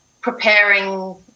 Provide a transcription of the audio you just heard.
preparing